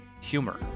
humor